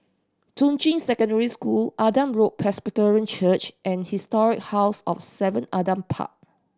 Juying Secondary School Adam Road Presbyterian Church and Historic House of Seven Adam Park